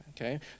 Okay